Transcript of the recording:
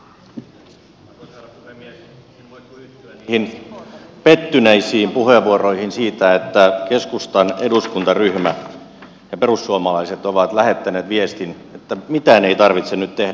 en voi kuin yhtyä niihin pettyneisiin puheenvuoroihin siitä että keskustan eduskuntaryhmä ja perussuomalaiset ovat lähettäneet viestin että mitään ei tarvitse nyt tehdä